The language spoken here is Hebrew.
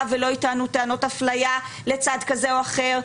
ולא ייטענו טענות אפליה לצד כזה או אחר,